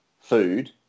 food